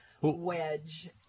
wedge